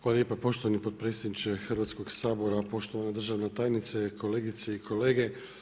Hvala lijepa poštovani potpredsjedniče Hrvatskog sabora, poštovana državna tajnice, kolegice i kolege.